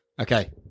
Okay